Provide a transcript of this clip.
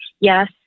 yes